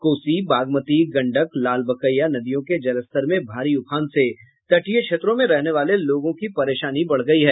कोसी बागमती गंडक लालबकैया नदियों के जलस्तर में भारी उफान से तटीय क्षेत्रों में रहने वाले लोगों की परेशानी बढ़ गयी है